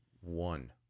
one